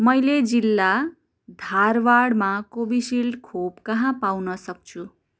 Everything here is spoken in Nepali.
मैले जिल्ला धारवारमा कोभिसिल्ड खोप कहाँ पाउन सक्छु